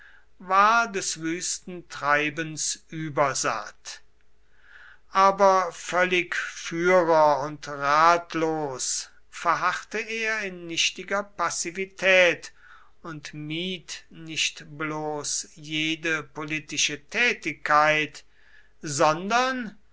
war des wüsten treibens übersatt aber völlig führer und ratlos verharrte er in nichtiger passivität und mied nicht bloß jede politische tätigkeit sondern